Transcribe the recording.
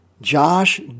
Josh